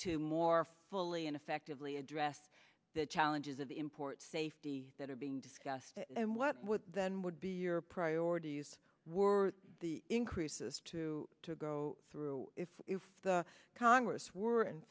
to more fully and effectively address the challenges of the import safety that are being discussed and what then would be your priorities were the increases to to go through if if the congress were in